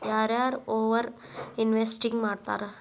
ಯಾರ ಯಾರ over investing ಮಾಡ್ತಾರಾ